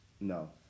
No